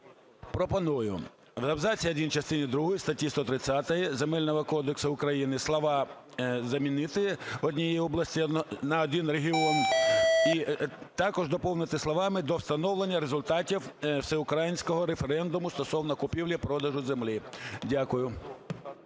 Пропоную в абзаці один частини другої статті 130 Земельного кодексу України слова замінити "однієї області" на "один регіон". І також доповнити словами "до встановлення результатів всеукраїнського референдуму стосовно купівлі-продажу землі". Дякую.